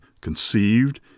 conceived